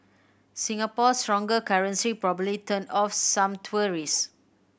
Singapore's stronger currency probably turned off some tourists